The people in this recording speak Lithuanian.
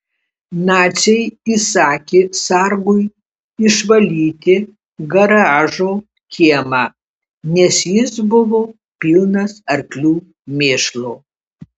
naciai įsakė sargui išvalyti garažo kiemą nes jis buvo pilnas arklių mėšlo